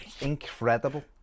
incredible